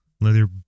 leather